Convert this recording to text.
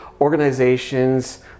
organizations